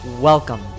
Welcome